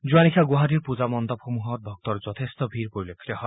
যোৱা নিশা গুৱাহাটীৰ পূজা মণ্ডপসমূহত ভক্তৰ যথেষ্ট ভিৰ পৰিলক্ষিত হয়